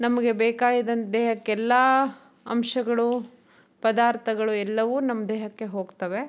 ನಮಗೆ ಬೇಕಾಗಿದ್ದಂತ ದೇಹಕ್ಕೆ ಎಲ್ಲ ಅಂಶಗಳು ಪದಾರ್ಥಗಳು ಎಲ್ಲವು ನಮ್ಮ ದೇಹಕ್ಕೆ ಹೋಗ್ತವೆ